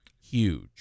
huge